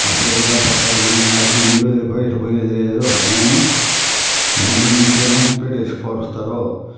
మా కొడుకుతో పోతారు నేను యాడికి ఇల్లు వదిలి బయట పోయేది లేదు నేను గమ్మున ఇంట్లోనే పెట్టేసి పోతారు